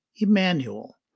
Emmanuel